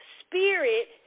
spirit